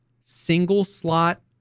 single-slot